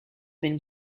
been